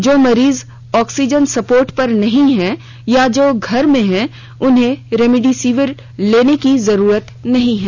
जो मरीज oxygen support पर नहीं है या जो घर में हैं उन्हें रेमडेसिविर लेने की जरूरत नहीं है